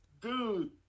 Dude